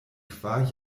kvar